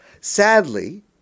Sadly